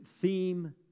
theme